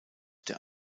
der